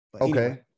Okay